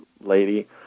lady